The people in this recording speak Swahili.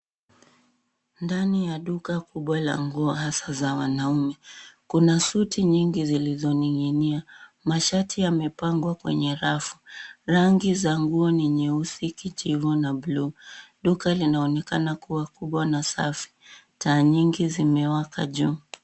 Ndani ya duka kubwa la nguo hasa za wanaume. Kuna suti nyingi zilizoning'inia. Mashati yamepangwa kwenye rafu. Rangi za nguo ni nyeusi, kijivu na bluu. Duka linaonekana kuwa kubwa na safi. Taa nyingi zimewaka juu.